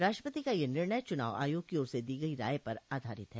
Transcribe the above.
राष्ट्रपति का यह निर्णय चुनाव आयोग की ओर से दी गई राय पर आधारित है